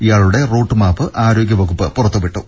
ഇയാളുടെ റൂട്ട്മാപ്പ് ആരോഗ്യവകുപ്പ് പുറത്തുവിട്ടു